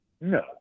No